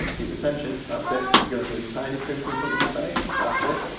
keep the tension, that's it. you go into a tiny crimp in front of your face that's it.